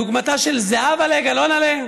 דוגמתה של זהבל'ה גלאונל'ה,